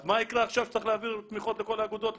אז מה יקרה עכשיו כשצריך להעביר תמיכות לכל האגודות,